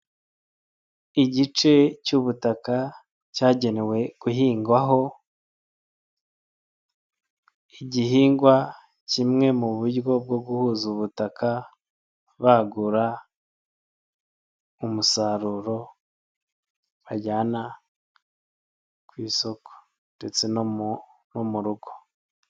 Igice cy'ubutaka cyagenewe guhingwaho igihingwa kimwe mu buryo bwo guhuza ubutaka, bagura umusaruro bajyana ku isoko ndetse no mu rugo.